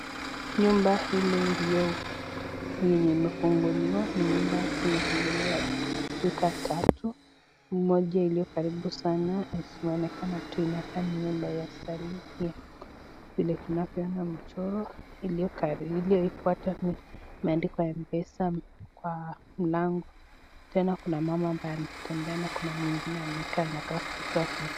Nyumba hili yenye imefunguliwa ni nyumba zimefunguliwa duka tatu moja iliyo karibu sana zinaoeneka tu inakaa ni nyumba ya saluni vile tunavyoona mchoro iliyoifuata imeandikwa mpesa kwa mlango tena kuna mama ambaye anatembea na kuna mwingine amekaa anakaa kuuza vitu.